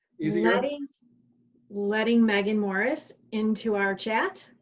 easier? letting letting meaghan morris into our chat?